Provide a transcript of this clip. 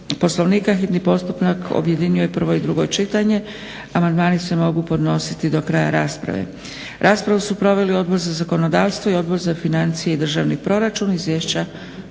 Poslovnika hitni postupak objedinjuje prvo i drugo čitanje. Amandmani se mogu podnositi do kraja rasprave. Raspravu su proveli Odbor za zakonodavstvo i Odbor za financije i državni proračun. Izvješća